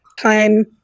time